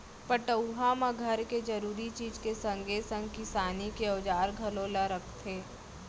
पटउहाँ म घर के जरूरी चीज के संगे संग किसानी के औजार घलौ ल रखथे